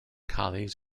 colleagues